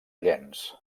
llenç